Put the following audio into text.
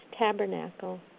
tabernacle